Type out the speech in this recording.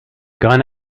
gun